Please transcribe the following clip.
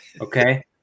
Okay